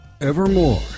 Evermore